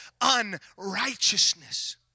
unrighteousness